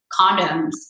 condoms